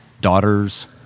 daughters